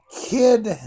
kid